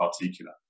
particular